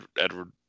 edward